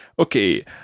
Okay